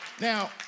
Now